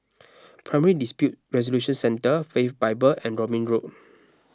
Primary Dispute Resolution Centre Faith Bible and Robin Road